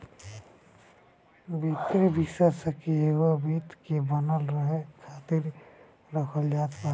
वित्तीय विषेशज्ञ एगो वित्त के बनल रहे खातिर रखल जात बाने